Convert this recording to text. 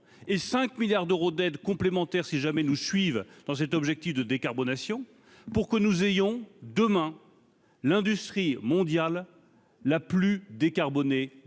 et 5 milliards d'euros d'aide complémentaire si jamais nous suivent dans cet objectif de décarbonation pour que nous ayons demain l'industrie mondiale la plus décarbonés de